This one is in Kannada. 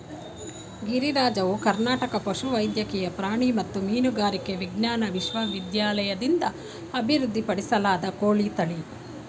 ಗಿರಿರಾಜವು ಕರ್ನಾಟಕ ಪಶುವೈದ್ಯಕೀಯ ಪ್ರಾಣಿ ಮತ್ತು ಮೀನುಗಾರಿಕೆ ವಿಜ್ಞಾನ ವಿಶ್ವವಿದ್ಯಾಲಯದಿಂದ ಅಭಿವೃದ್ಧಿಪಡಿಸಲಾದ ಕೋಳಿ ತಳಿ